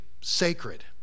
sacred